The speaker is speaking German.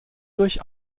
durch